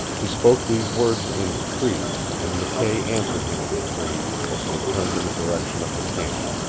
he spoke these words in cree, and mckay answered him in cree as they turned in the direction of the camp.